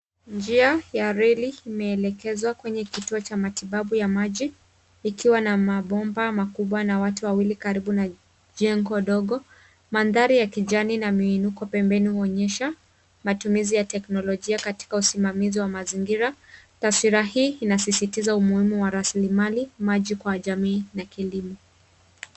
Njia ya reli imelekezwa kwenye kituo cha matibabu ya maji, ikiwa na mabomba makubwa na watu wawili karibu na jengo dogo. Mandhari ya kijani na miinuko pembeni huonyesha matumizi ya teknolojia katika usimamizi wa mazingira. Taswira hii inasisitiza umuhimu wa rasilimali, maji kwa jamii na kilimo.